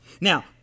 now